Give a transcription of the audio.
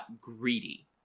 greedy